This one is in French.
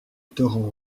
torrent